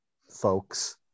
folks